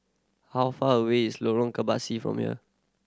how far away is Lorong Kebasi from here